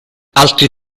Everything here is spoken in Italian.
altri